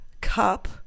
Cup